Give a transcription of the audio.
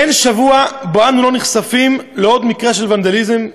אין שבוע שלא נחשפים בפנינו עוד מקרים של ונדליזם,